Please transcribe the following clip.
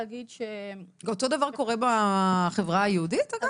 אותו דבר קורה בחברה היהודית, אגב?